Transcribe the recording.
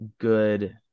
good